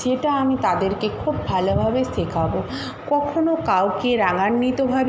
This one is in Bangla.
সেটা আমি তাদেরকে খুব ভালোভাবে শেখাবো কখনো কাউকে রাগান্বিতভাবে